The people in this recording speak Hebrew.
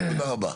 תודה רבה.